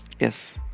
Yes